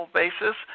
basis